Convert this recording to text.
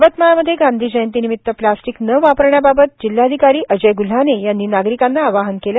यवतमाळमध्ये गांधी जयंती निमित प्लास्टीक न वापरण्याबाबत जिल्हाधिकारी अजय गुल्हाने यांनी नागरिकांना आवाहन केलं